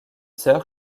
sœurs